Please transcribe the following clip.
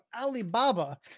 alibaba